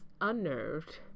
unnerved